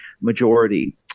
majority